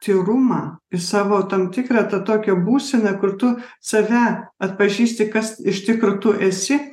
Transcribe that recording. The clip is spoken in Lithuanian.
tyrumą į savo tam tikrą tą tokią būseną kur tu save atpažįsti kas iš tikro tu esi